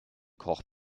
koch